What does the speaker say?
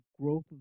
growth